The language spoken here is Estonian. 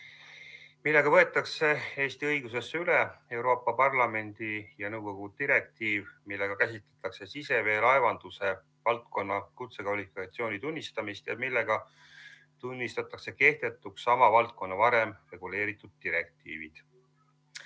millega võetakse Eesti õigusesse üle Euroopa Parlamendi ja nõukogu direktiiv, milles käsitletakse siseveelaevanduse valdkonna kutsekvalifikatsiooni tunnustamist ja tunnistatakse kehtetuks sama valdkonda varem reguleerinud direktiivid.